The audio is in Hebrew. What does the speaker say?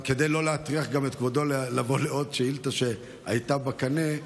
כדי לא להטריח את כבודו לבוא לעוד שאילתה שהייתה בקנה,